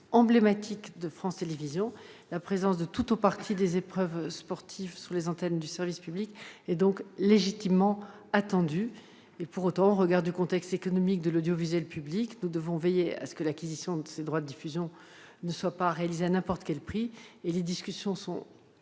la présence de tout ou partie des épreuves sportives sur les antennes du service public est donc légitimement attendue. Pour autant, au regard du contexte économique de l'audiovisuel public, nous devons veiller à ce que l'acquisition de ces droits de diffusion ne soit pas réalisée à n'importe quel prix. Des discussions sont